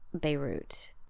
Beirut